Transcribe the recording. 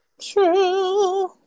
True